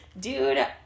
Dude